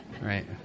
right